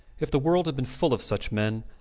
if the world had been full of such men,